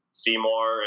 seymour